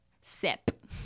Sip